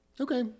Okay